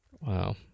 Wow